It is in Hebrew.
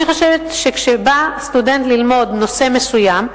אני חושבת שכשבא סטודנט ללמוד נושא מסוים,